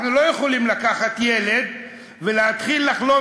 אנחנו לא יכולים לקחת ילד ולהתחיל לחלום